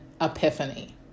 epiphany